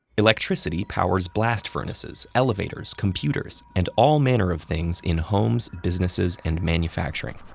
electricity powers blast furnaces, elevators, computers, and all manner of things in homes, businesses, and manufacturing.